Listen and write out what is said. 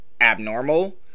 abnormal